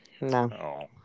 No